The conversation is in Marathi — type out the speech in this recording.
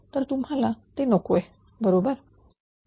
तर तुम्हाला ते नकोय बरोबर